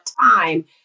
time